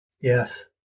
Yes